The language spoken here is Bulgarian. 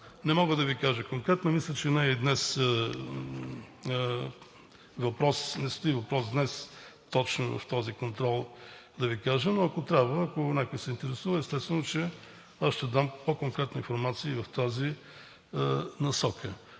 Не мога да Ви кажа конкретно, мисля, че не стои въпрос точно в този контрол да Ви кажа, но ако трябва, ако някой се интересува, естествено, че аз ще дам по-конкретна информация в тази насока.